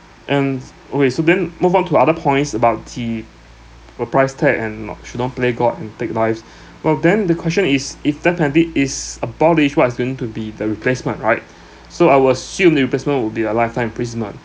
and okay so then move on to other points about the per price tag and not should not play god and take lives well then the question is if death penalty is abolished what is going to be the replacement right so I will assume the replacement will be a lifetime imprisonment